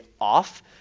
off